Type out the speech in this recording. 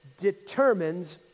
determines